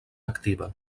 activa